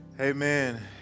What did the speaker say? Amen